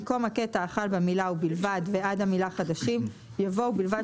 במקום הקטע החל במילה "ובלבד" ועד המילה "חדשים" יבוא "ובלבד